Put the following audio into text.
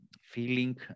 feeling